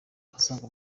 asanga